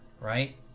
right